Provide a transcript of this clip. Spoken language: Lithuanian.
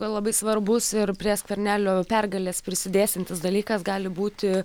labai svarbus ir prie skvernelio pergalės prisidėsiantis dalykas gali būti